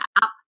app